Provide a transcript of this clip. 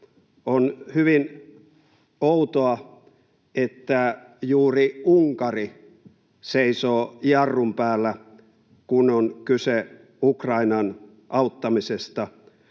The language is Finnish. On hyvin outoa, että juuri Unkari seisoo jarrun päällä, kun on kyse Ukrainan auttamisesta.